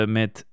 met